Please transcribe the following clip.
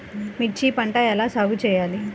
మిర్చి పంట ఎలా సాగు చేయాలి?